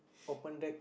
open deck